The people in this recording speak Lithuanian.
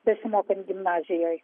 besimokant gimnazijoj